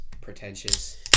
pretentious